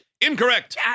Incorrect